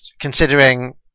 considering